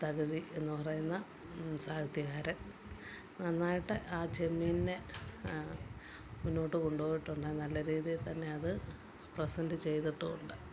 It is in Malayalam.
തകഴി എന്നു പറയുന്ന സാഹിത്യകാരൻ നന്നായിട്ട് ആ ചെമ്മീനെ മുന്നോട്ട് കൊണ്ടുപോയിട്ടുണ്ട് നല്ല രീതിയില് തന്നെ അത് പ്രസൻറ്റ് ചെയ്തിട്ടുമുണ്ട്